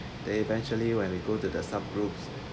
they eventually when we go to the sub groups